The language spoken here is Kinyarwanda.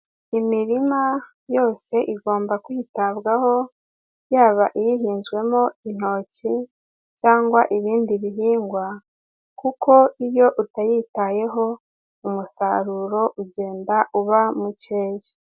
Imirima yose igomba kwitabwaho yaba ihinzwemo intoki cyangwa ibindi bihingwa, kuko iyo utayitayeho umusaruro ugenda uba mukeya.